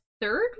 third